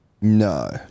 No